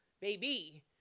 baby